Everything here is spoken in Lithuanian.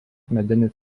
medinis